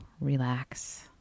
relax